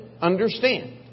understand